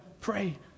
pray